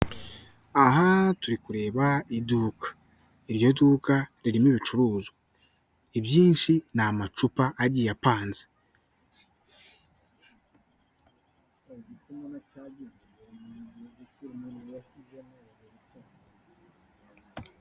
Aha turi kureba iduka, iryo duka ririmo ibicuruzwa, ibyinshi ni amacupa agiye apanze.